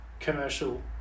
commercial